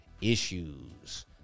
issues